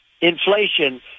inflation